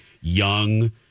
young